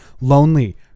Lonely